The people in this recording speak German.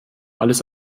alles